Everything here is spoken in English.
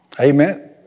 Amen